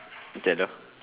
together